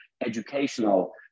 educational